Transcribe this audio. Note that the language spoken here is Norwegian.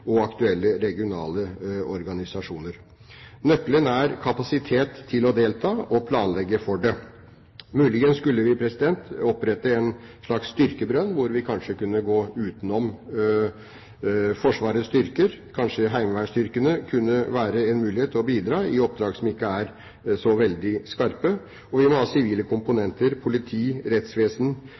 og aktuelle regionale organisasjoner. Nøkkelen er kapasitet til å delta og planlegge for det. Muligens skulle vi opprette en slags styrkebrønn, hvor vi kanskje kunne gå utenom Forsvarets styrker. Kanskje en mulighet kunne være at heimevernsstyrkene kunne bidra i oppdrag som ikke er så veldig skarpe. Og vi må ha sivile komponenter – politi, rettsvesen